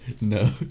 No